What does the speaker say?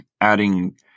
adding